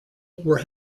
were